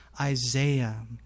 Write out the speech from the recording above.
Isaiah